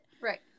right